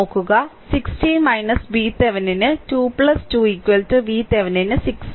നോക്കുക 16 VThevenin ന് 2 2 VThevenin ന് 6